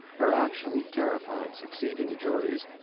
her action terrified succeeding juries,